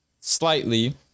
slightly